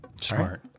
Smart